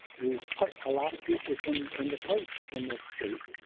we've put a lot of pieces in into place in this state